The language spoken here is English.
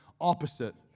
opposite